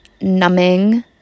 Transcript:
numbing